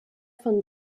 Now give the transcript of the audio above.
von